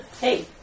Hey